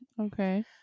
Okay